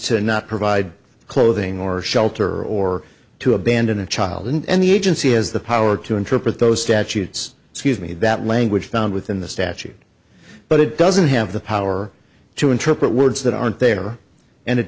to not provide clothing or shelter or to abandon a child and the agency has the power to interpret those statutes excuse me that language found within the statute but it doesn't have the power to interpret words that aren't there and it